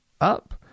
up